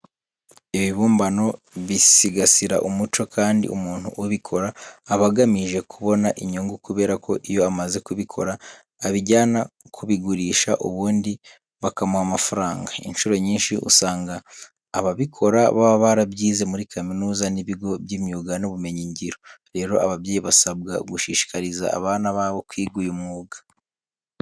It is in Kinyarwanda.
Ibibumbano bisigasira umuco, kandi umuntu ubikora aba agamije kubona inyungu kubera ko iyo amaze kubikora abijyana kubigurisha ubundi bakamuha amafaranga. Incuro nyinshi usanga ababikora baba barabyize muri kaminuza n'ibigo by'imyuga n'ubumenyingiro. Rero ababyeyi basabwa gushishikariza abana babo kwiga uyu mwuga.